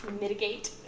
mitigate